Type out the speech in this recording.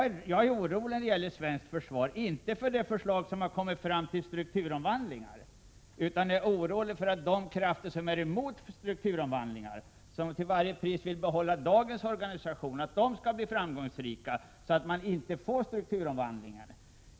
Jag är orolig när det gäller svenskt försvar — inte för det förslag till strukturomvandlingar som lagts fram, utan för att de krafter som är emot strukturomvandlingar och till varje pris vill behålla dagens organisation skall bli framgångsrika så att vi inte får till stånd strukturomvandlingarna.